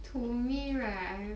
to me right